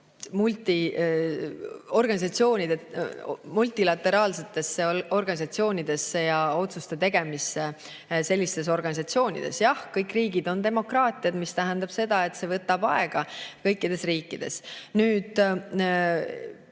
multilateraalsetesse organisatsioonidesse ja otsuste tegemisse sellistes organisatsioonides. Jah, kõik riigid on demokraatiad, mis tähendab seda, et see võtab aega kõikides riikides. Praegu